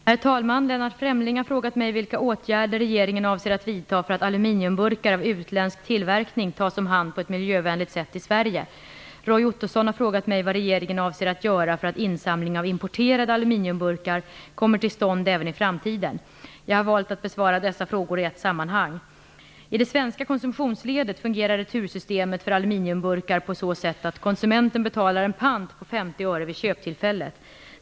Herr talman! Lennart Fremling har frågat mig vilka åtgärder regeringen avser att vidta för att aluminiumburkar av utländsk tillverkning tas om hand på ett miljövänligt sätt i Sverige. Roy Ottosson har frågat mig vad regeringen avser att göra för att insamling av importerade aluminiumburkar kommer till stånd även i framtiden. Jag har valt att besvara dessa frågor i ett sammanhang. I det svenska konsumtionsledet fungerar retursystemet för aluminiumburkar på så sätt att konsumenten betalar en pant på 50 öre vid köptillfället.